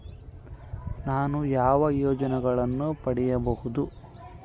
ನಾನು ಯಾವ ಯೋಜನೆಯನ್ನು ಪಡೆಯಬಹುದು?